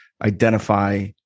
identify